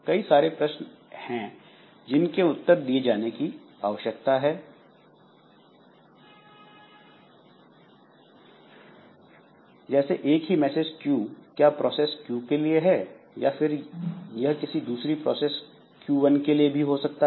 कई सारे प्रश्न हैं जिनके उत्तर दिए जाने हैं जैसे एक ही मैसेज Q क्या प्रोसेस Q के लिए है या फिर या किसी दूसरी प्रोसेस Q1 के लिए भी हो सकता है